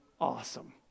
awesome